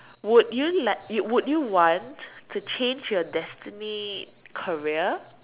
would you like y~ would you want to change your destiny career